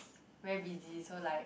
very busy so like